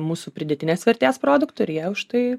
mūsų pridėtinės vertės produktų ir jie už tai